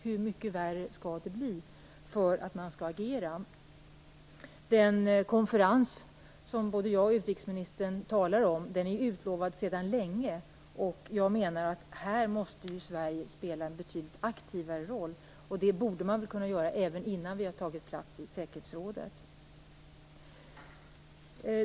Hur mycket värre skall det bli för att man skall agera? Den konferens som både jag och utrikesministern talar om är utlovad sedan länge, och jag menar att Sverige måste spela en betydligt aktivare roll. Det borde man kunna göra redan innan vi har tagit plats i säkerhetsrådet.